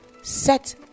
Set